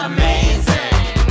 Amazing